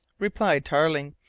replied tarling,